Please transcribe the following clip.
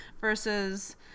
versus